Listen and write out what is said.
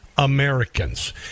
Americans